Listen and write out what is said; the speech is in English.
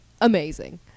amazing